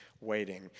waiting